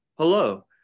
Hello